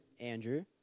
Andrew